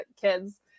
kids